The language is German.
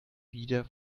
wieder